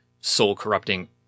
soul-corrupting